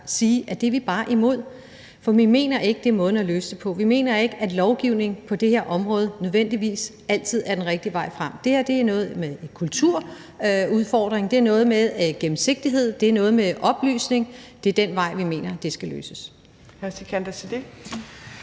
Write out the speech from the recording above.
sige, at det er vi bare imod. For vi mener ikke, at det er måden at løse det på. Vi mener ikke, at lovgivning på det her område nødvendigvis altid er den rigtige vej frem. Det her har noget med en kulturel udfordring at gøre. Det har noget at gøre med gennemsigtighed. Det er noget med oplysning. Det er ad den vej vi mener det skal løses.